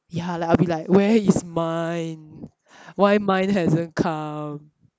ya like I'll be like where is mine why mine hasn't come